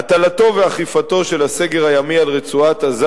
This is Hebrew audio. הטלתו ואכיפתו של הסגר הימי על רצועת-עזה